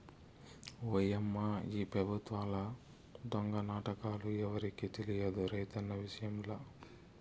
ఓయమ్మా ఈ పెబుత్వాల దొంగ నాటకాలు ఎవరికి తెలియదు రైతన్న విషయంల